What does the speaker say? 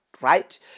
right